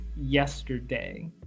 yesterday